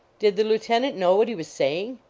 did the lieutenant know what he was saying?